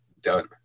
done